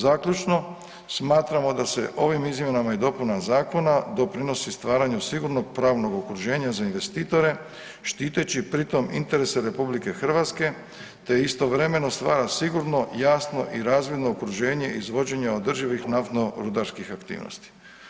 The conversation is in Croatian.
Zaključno, smatramo da se ovim izmjenama i dopunama zakona doprinosi stvaranju sigurnog pravnog okruženja za investitore, štiteći pritom interese RH te istovremeno stvara sigurno, jasno i razvojno okruženje izvođenja održivih naftno-rudarskih aktivnosti.